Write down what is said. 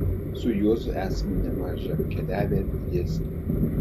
su juozu esame nemaža keliavę ir dviese